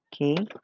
Okay